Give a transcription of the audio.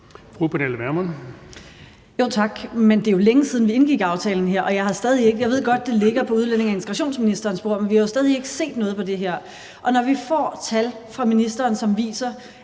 Pernille Vermund (NB): Tak. Men det er jo længe siden, vi indgik aftalen her. Jeg ved godt, at det ligger på udlændinge- og integrationsministerens bord, men vi har jo stadig ikke set noget til det her. Og når vi får tal fra ministeren, som viser,